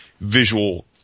visual –